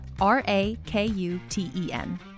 R-A-K-U-T-E-N